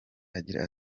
agira